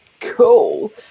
cool